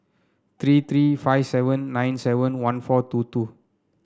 three three five seven nine seven one four two two